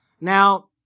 Now